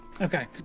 Okay